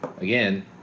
again